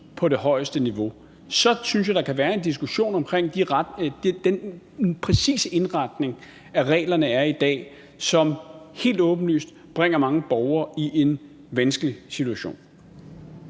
på det højeste niveau. Og så synes jeg der kan være en diskussion om den præcise indretning, som reglerne har i dag, og som helt åbenlyst bringer mange borgere i en vanskelig situation.